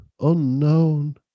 unknown